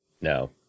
No